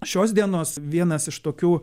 šios dienos vienas iš tokių